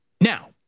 Now